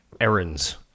errands